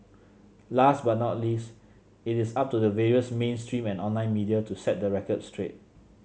last but not least it is up to the various mainstream and online media to set the record straight